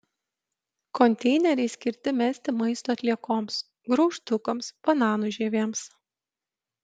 konteineriai skirti mesti maisto atliekoms graužtukams bananų žievėms